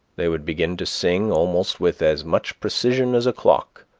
they would begin to sing almost with as much precision as a clock,